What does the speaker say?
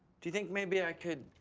do you think maybe i could,